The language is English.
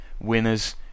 winners